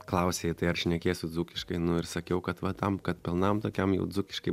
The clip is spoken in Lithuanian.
klausei tai ar šnekėsiu dzūkiškai nu ir sakiau kad va tam kad pilnam tokiam jau dzūkiškai